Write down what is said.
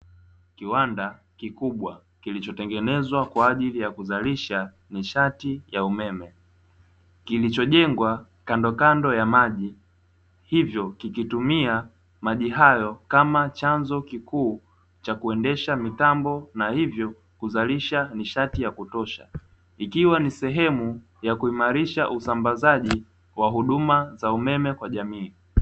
kiwanda kikubwa kiichotengenezwa kwa ajili ya uzalishaji wa nishati ya umeme, kilichojengwa kandokanbdo ya maji, huku yakitumia maji hayo kama chanzo kikuu kama chanzo cha kuendesha mitambo na hivyo kuzalisha nishati ya kutosha, ikiwa ni sehemu ya kuzalishausambazaji wa huduma za umeme kwa jamii.